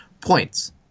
points